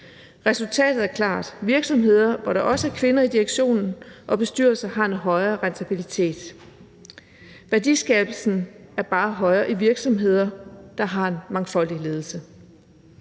Resultatet er klart: Virksomheder, hvor der også er kvinder i direktion og bestyrelse, har en højere rentabilitet. Værdiskabelsen er bare højere i virksomheder, der har en mangfoldig ledelse.